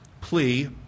plea